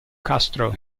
castro